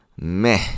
meh